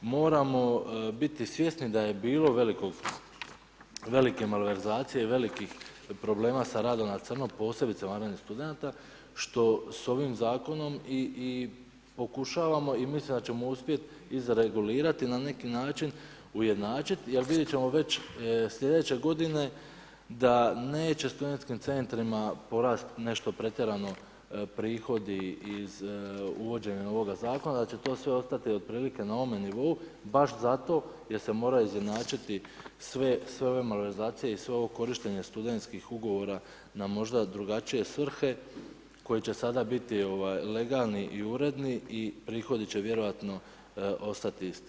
Moramo biti svjesni da je bilo velike malverzacije i velikih problema sa radom na crno posebice vanrednih studenata, što s ovim zakonom i pokušavamo i mislimo da ćemo uspjeti izregulirati, na neki način ujednačiti jer vidit ćemo već slijedeće godine da neće studentskim centrima porasti nešto pretjerano prihodi iz uvođenja ovoga zakona, da će sve ostati otprilike na ovome nivou, baš zato jer se moraju izjednačiti sve ove malverzacije i svo ovo korištenje studentskih ugovora na možda drugačije svrhe koje će sada biti legalni i uredni i prohodi će vjerojatno ostati isti.